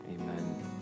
amen